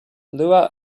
lua